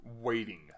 Waiting